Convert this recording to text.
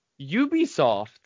ubisoft